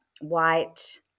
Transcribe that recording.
white